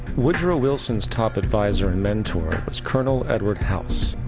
woodrow wilson's top adviser and mentor was colonel edward house,